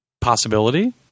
possibility